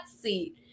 seat